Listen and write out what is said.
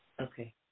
Okay